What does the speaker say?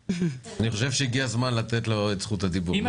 אני חושב שהגיע הזמן לתת לו את זכות הדיבור.